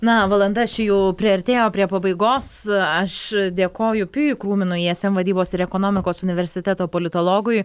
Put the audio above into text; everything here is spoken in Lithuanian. na valanda ši jau priartėjo prie pabaigos aš dėkoju pijui krūminui ism vadybos ir ekonomikos universiteto politologui